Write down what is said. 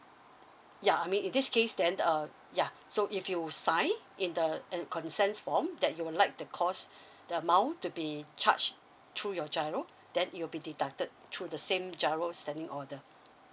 ya I mean in this case then err ya so if you sign in the uh consent form that you would like the cost the amount to be charged through your GIRO then it will be deducted through the same GIRO standing order